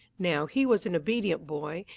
now he was an obedient boy,